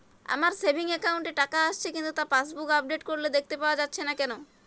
আমার savings account এ টাকা আসছে কিন্তু তা পাসবুক আপডেট করলে দেখতে পাওয়া যাচ্ছে না কেন?